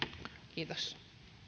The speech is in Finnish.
kiitos